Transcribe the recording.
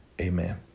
amen